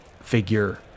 figure